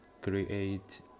create